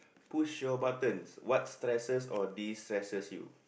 push your buttons what stresses or destresses you